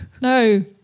No